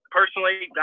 Personally